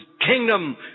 kingdom